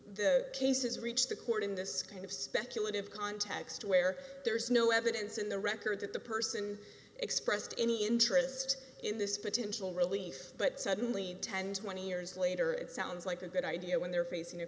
the cases reach the court in this kind of speculative context where there is no evidence in the record that the person expressed any interest in this potential relief but suddenly the tend to years later it sounds like a good idea when they're facing a